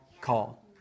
call